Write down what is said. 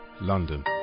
london